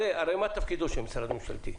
הרי מה תפקידו של משרד ממשלתי,